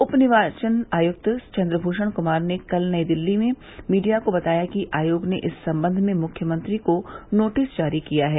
उप निर्वाचन आयुक्त चंद्रभूषण कुमार ने कल नई दिल्ली मीडिया को बताया कि आयोग ने इस संबंध में मुख्यमंत्री को नोटिस जारी किया है